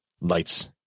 lights